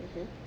mmhmm